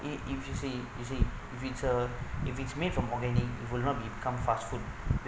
it if you see you see if it uh if it made from organic it will not become fast food